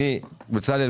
בצלאל,